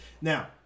Now